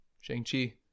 Shang-Chi